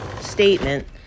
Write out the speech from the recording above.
statement